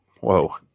Whoa